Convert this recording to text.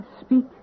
speak